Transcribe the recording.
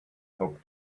hoped